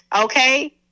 okay